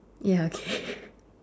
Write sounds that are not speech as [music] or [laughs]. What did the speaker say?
ya okay [laughs]